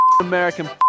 American